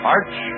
Arch